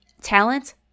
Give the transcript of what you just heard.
talent